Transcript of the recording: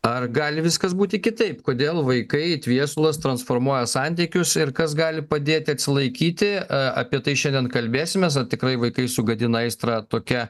ar gali viskas būti kitaip kodėl vaikai it viesulas transformuoja santykius ir kas gali padėti atsilaikyti apie tai šiandien kalbėsimės ar tikrai vaikai sugadina aistrą tokia